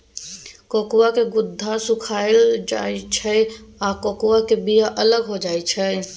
cocoa के गुद्दा सुइख जाइ छइ आ कोकोआ के बिया अलग हो जाइ छइ